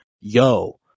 yo